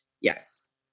Yes